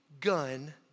gun